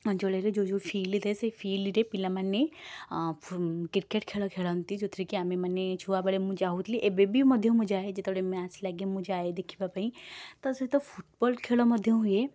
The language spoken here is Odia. ଅଞ୍ଚଳରେ ଯେଉଁ ଯେଉଁ ଫିଲ୍ଡ଼ ଥାଏ ସେ ଫିଲ୍ଡ଼ରେ ପିଲାମାନେ କ୍ରିକେଟ୍ ଖେଳ ଖେଳନ୍ତି ଯେଉଁଥିରେକି ଆମେ ମାନେ ଛୁଆ ବେଳେ ମୁଁ ଯାଉଥିଲି ଏବେ ବି ମଧ୍ୟ ମୁଁ ଯାଏ ଯେତେବେଳେ ମ୍ୟାଚ୍ ଲାଗେ ମୁଁ ଯାଏ ଦେଖିବା ପାଇଁ ତା' ସହିତ ଫୁଟବଲ୍ ଖେଳ ମଧ୍ୟ ହୁଏ